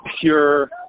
pure